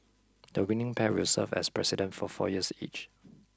the winning pair will serve as President for four years each